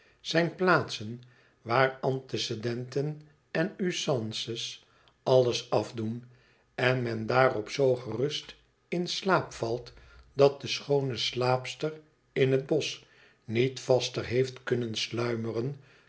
zijn plaatsen waar antecedenten en usances alles afdoen en men daarop zoo gerust in slaap valt dat de schoone slaapster in het bosch niet vaster heeft kunnen sluimeren